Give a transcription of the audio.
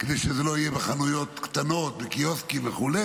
כדי שזה לא יהיה בחנויות קטנות, בקיוסקים וכו'